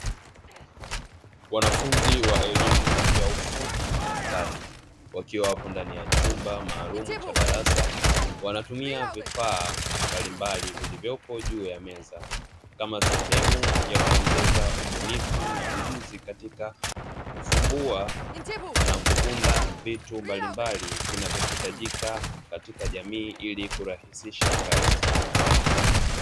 Wanafunzi wa elimu ya ufundi na stadi wakiwa wapo ndani ya chumba maalumu cha darasa, wanatumia vifaa mbalimbali vilivyopo juu ya meza kama sehemu ya kuongeza ubunifu na ujuzi katika kufumbua na kuunda vitu mbalimbali vinavyohitajika katika jamii ili kurahisisha kazi.